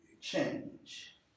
change